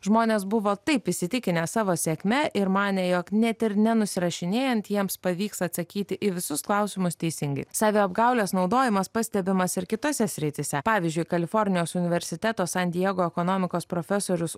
žmonės buvo taip įsitikinę savo sėkme ir manė jog net ir nenusirašinėjant jiems pavyks atsakyti į visus klausimus teisingai saviapgaulės naudojimas pastebimas ir kitose srityse pavyzdžiui kalifornijos universiteto san diego ekonomikos profesorius